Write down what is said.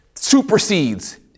supersedes